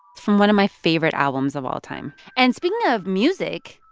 from one of my favorite albums of all time. and speaking of music,